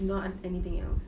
not on anything else